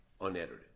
unedited